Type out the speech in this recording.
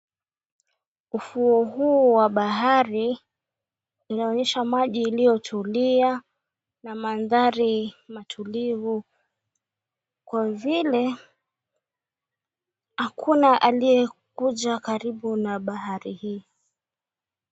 Ufuo huu wa bahari inaonyesha maji iliyotulia, na maandhari matulivu kwa vile hakuna aliyekuja karibu na bahari hii.